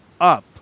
up